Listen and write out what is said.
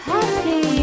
Happy